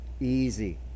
easy